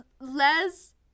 Les